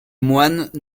moines